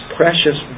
precious